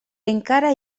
encara